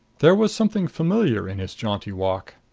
there was something familiar in his jaunty walk.